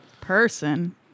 person